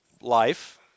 life